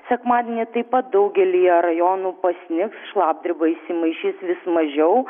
sekmadienį taip pat daugelyje rajonų pasnigs šlapdriba įsimaišys vis mažiau